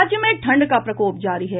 राज्य में ठंड का प्रकोप जारी है